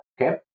Okay